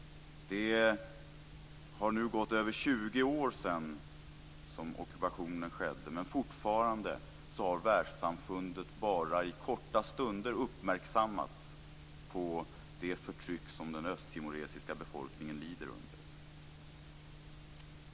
Det har nu gått över 20 år sedan ockupationen skedde, men fortfarande har världssamfundet bara i korta stunder uppmärksammat det förtryck som den östtimoresiska befolkningen lider under.